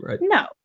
no